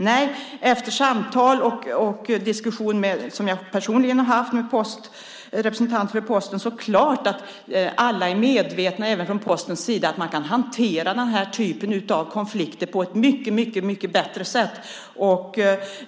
Nej, efter samtal och diskussion som jag personligen har haft med representanter för Posten står det klart att alla även från Postens sida är medvetna om att man kan hantera den här typen av konflikter på ett mycket bättre sätt.